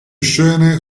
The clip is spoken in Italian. scene